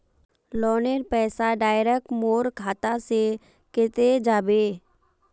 लोनेर पैसा डायरक मोर खाता से कते जाबे?